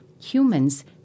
humans